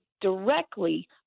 directly